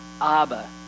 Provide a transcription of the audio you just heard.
Abba